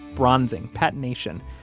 bronzing, patination,